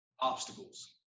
Obstacles